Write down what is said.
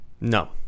No